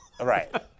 right